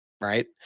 Right